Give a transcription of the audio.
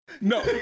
no